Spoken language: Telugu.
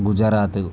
గుజరాత్